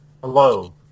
Hello